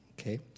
okay